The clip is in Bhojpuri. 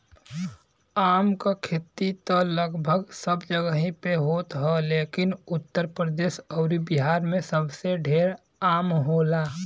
आम क खेती त लगभग सब जगही पे होत ह लेकिन उत्तर प्रदेश अउरी बिहार में सबसे ढेर आम होला